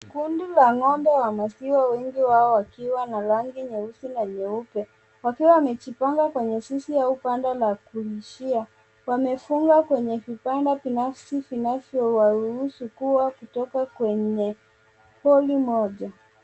Kundi la ng'ombe wa maziwa wengi wao wakiwa na rangi nyeusi na nyeupe wakiwa wamejipanga kwenye zizi au banda la kulishia. Wamefungwa kwenye vibanda binafsi vinavyowaruhusu kuwa kutoka kwenye pod moja.